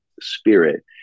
spirit